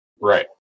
Right